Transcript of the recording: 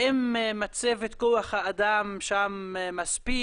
האם מצבת כוח האדם שם מספיק,